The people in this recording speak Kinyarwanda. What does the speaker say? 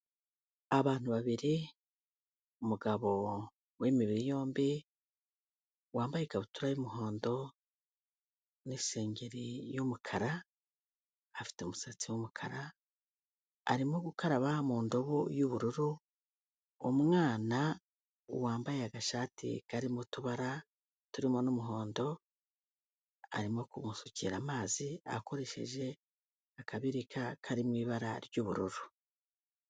Abantu babiri umugabo w'imibiri yombi, wambaye ikabutura y'umuhondo n'isengeri y'umukara. Afite umusatsi wumukara, arimo gukaraba mu ndobo y'ubururu, umwana wambaye agashati karimo utubara turimo n'umuhondo, arimo kumusukira amazi akoresheje akabinika kari mu ibara ry'ubururu.